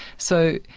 so,